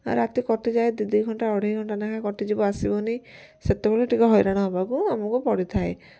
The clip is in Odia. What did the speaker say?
ଆଉ ରାତି କଟିଯାଏ ଦୁଇ ଦୁଇ ଘଣ୍ଟା ଅଢ଼େଇଘଣ୍ଟା ନେଖା କଟିଯିବ ଆସିବନି ସେତେବେଳେ ଟିକେ ହଇରାଣ ହବାକୁ ଆମକୁ ପଡ଼ିଥାଏ